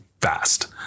fast